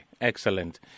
excellent